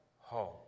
home